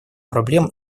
проблем